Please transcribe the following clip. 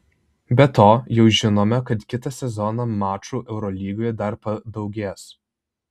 be to jau žinome kad kitą sezoną mačų eurolygoje dar padaugės